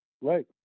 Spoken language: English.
Right